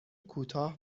کوتاه